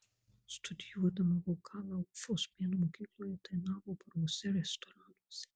studijuodama vokalą ufos meno mokykloje ji dainavo baruose ir restoranuose